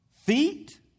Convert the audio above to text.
feet